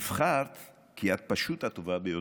נבחרת כי את פשוט הטובה ביותר.